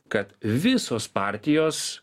kad visos partijos